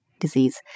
disease